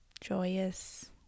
Joyous